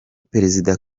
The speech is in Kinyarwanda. perezida